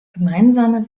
gemeinsame